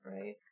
Right